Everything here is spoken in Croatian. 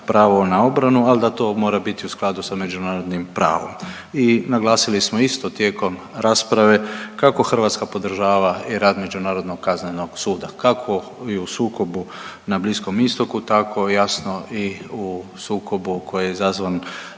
pravo na obranu, al da to mora biti u skladu s međunarodnim pravom. I naglasili smo isto tijekom rasprave kako Hrvatska podržava i rad Međunarodnog kaznenog suda, kako i u sukobu na Bliskom Istoku tako jasno i u sukobu koji je izazvan